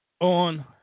On